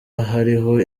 hariho